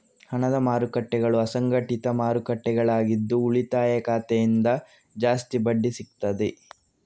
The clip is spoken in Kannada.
ಹಣದ ಮಾರುಕಟ್ಟೆಗಳು ಅಸಂಘಟಿತ ಮಾರುಕಟ್ಟೆಗಳಾಗಿದ್ದು ಉಳಿತಾಯ ಖಾತೆಗಿಂತ ಜಾಸ್ತಿ ಬಡ್ಡಿ ಸಿಗ್ತದೆ